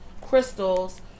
crystals